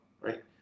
right